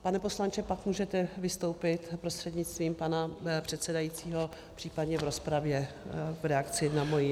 Pane poslanče , pak můžete vystoupit prostřednictvím pana předsedajícího případně v rozpravě v reakci na moji